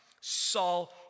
Saul